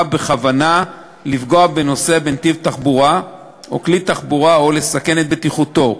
בכוונה לפגוע בנוסע בנתיב תחבורה או כלי תחבורה או לסכן את בטיחותו,